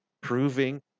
proving